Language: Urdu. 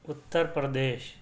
اتر پردیش